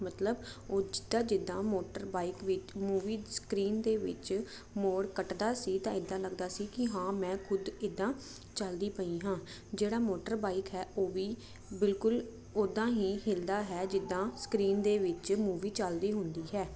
ਉਹ ਜਿੱਦਾਂ ਜਿੱਦਾਂ ਮੋਟਰ ਬਾਈਕ ਮੂਵੀ ਸਕਰੀਨ ਦੇ ਵਿੱਚ ਮੋੜ ਕੱਟਦਾ ਸੀ ਤਾਂ ਇਦਾਂ ਲੱਗਦਾ ਸੀ ਕਿ ਹਾਂ ਮੈਂ ਖੁਦ ਇਦਾਂ ਚਲਦੀ ਪਈ ਹਾਂ ਜਿਹੜਾ ਮੋਟਰ ਬਾਈਕ ਹੈ ਉਹ ਵੀ ਬਿਲਕੁਲ ਉਦਾਂ ਹੀ ਹਿਲਦਾ ਹੈ ਜਿੱਦਾਂ ਸਕਰੀਨ ਦੇ ਵਿੱਚ ਮੂਵੀ ਚਲਦੀ ਹੁੰਦੀ ਹੈ ਤੇ